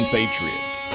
Patriots